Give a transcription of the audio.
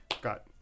got